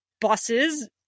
buses